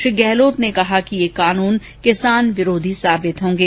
श्री गहलोत ने कहा कि ये कानून किसान विरोधी साबित होंगे